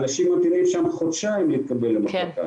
אנשים ממתינים שם חודשיים כדי להתקבל למחלקה.